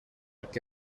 que